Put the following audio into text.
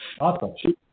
Awesome